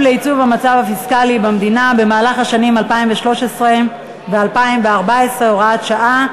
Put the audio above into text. לייצוב המצב הפיסקלי במדינה בשנים 2013 ו-2014 (הוראת שעה),